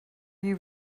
you